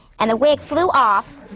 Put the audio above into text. and the wig flew off,